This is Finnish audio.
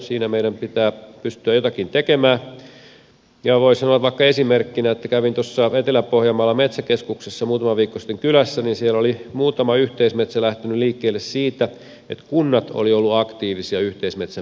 siinä meidän pitää pystyä jotakin tekemään ja voin sanoa vaikka esimerkkinä että kävin etelä pohjanmaalla metsäkeskuksessa muutama viikko sitten kylässä ja siellä oli muutama yhteismetsä lähtenyt liikkeelle siitä että kunnat olivat olleet aktiivisia yhteismetsän perustamisessa